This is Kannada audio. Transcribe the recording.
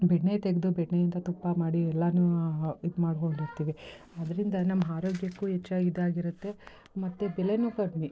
ಬೆಣ್ಣೆ ತೆಗೆದು ಬೆಣ್ಣೆಯಿಂದ ತುಪ್ಪ ಮಾಡಿ ಎಲ್ಲನೂ ಇದುಮಾಡ್ಕೊಂಡಿರ್ತೀವಿ ಅದರಿಂದ ನಮ್ಮ ಆರೋಗ್ಯಕ್ಕೂ ಹೆಚ್ಚಾಗಿ ಇದಾಗಿರುತ್ತೆ ಮತ್ತು ಬೆಲೆಯೂ ಕಮ್ಮಿ